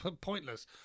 pointless